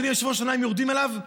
אדוני היושב-ראש על מה יורדים עליו?